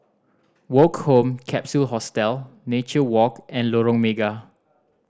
Woke Home Capsule Hostel Nature Walk and Lorong Mega